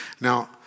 Now